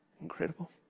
Incredible